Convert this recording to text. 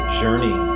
journey